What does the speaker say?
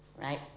right